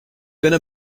going